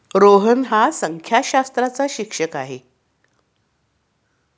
रोहन हा संख्याशास्त्राचा शिक्षक आहे